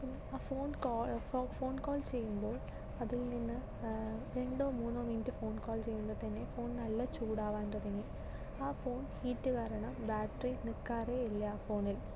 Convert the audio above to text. പിന്നെ ആ phone call phone call ചെയ്യുമ്പോൾ അതിൽ നിന്ന് രണ്ടോ മൂന്നോ മിനുറ്റ് ഫോൺ കാൾ ചെയ്യുമ്പോൾ തന്നെ ഫോൺ നല്ല ചൂടാവാൻ തുടങ്ങി ആ ഫോൺ ഹീറ്റ് കാരണം ബാറ്ററി നിൽക്കാറേയില്ല ആ ഫോണിൽ